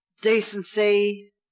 decency